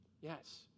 Yes